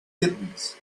kittens